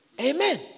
Amen